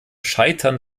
scheitern